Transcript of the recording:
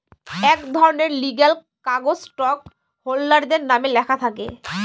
এক ধরনের লিগ্যাল কাগজ স্টক হোল্ডারদের নামে লেখা থাকে